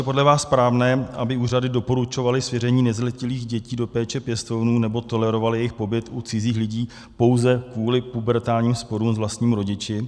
Je podle vás správné, aby úřady doporučovaly svěření nezletilých dětí do péče pěstounů nebo tolerovaly jejich pobyt u cizích lidí pouze kvůli pubertálním sporům s vlastními rodiči?